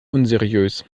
unseriös